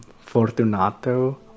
Fortunato